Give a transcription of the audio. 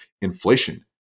inflation